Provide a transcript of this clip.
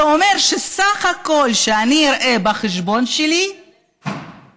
זה אומר שסך הכול שאני אראה בחשבון שלי יהיה